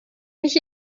mich